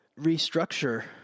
restructure